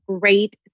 great